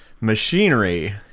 machinery